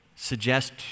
suggest